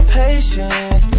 patient